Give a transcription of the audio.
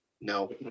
No